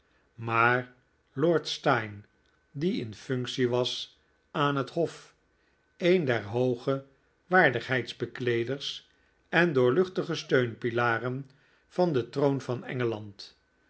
maar lord steyne die in functie was aan het hof een der hooge waardigheidbekleeders en doorluchtige steunpilaren van den troon van engeland